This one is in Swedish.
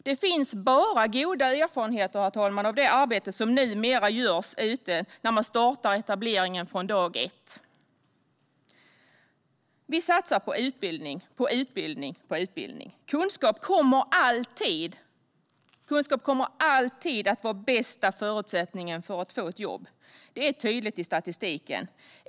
Det finns bara goda erfarenheter av det arbete som numera görs när etableringen startas från dag ett. Vi satsar på utbildning, utbildning, utbildning. Kunskap kommer alltid att vara den bästa förutsättningen för att få ett jobb. Det är tydligt i statistiken.